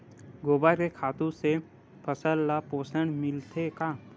गोबर के खातु से फसल ल पोषण मिलथे का?